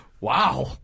Wow